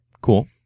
Cool